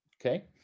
okay